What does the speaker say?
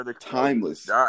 Timeless